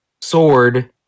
sword